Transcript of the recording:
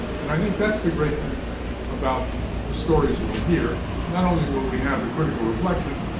and i think that's the great thing about the stories we'll hear. not only will we have the critical reflection,